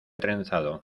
trenzado